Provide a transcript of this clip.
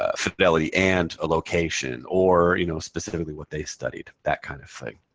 ah fidelity and a location. or, you know, specifically what they studied. that kind of thing.